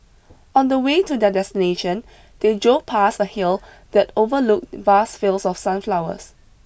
on the way to their destination they drove past a hill that overlooked vast fields of sunflowers